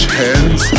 hands